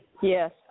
Yes